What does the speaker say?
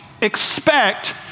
expect